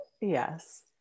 yes